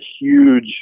huge